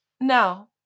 Now